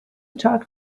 talk